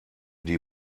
die